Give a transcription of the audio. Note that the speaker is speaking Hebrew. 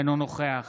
אינו נוכח